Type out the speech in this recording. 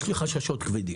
יש לי חששות כבדים.